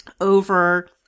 over